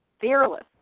fearless